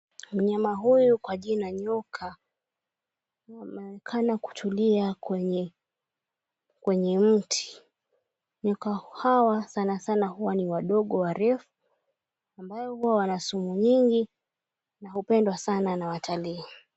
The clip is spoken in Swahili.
Mnyama huyu, kwa jina nyoka, anaonekana kutulia kwenye mti. Nyoka hawa sana sana huwa ni wadogo warefu, ambao huwa na sumu nyingi, na hupendwa sana na watalii.